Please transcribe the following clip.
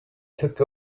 took